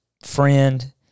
friend